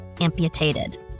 amputated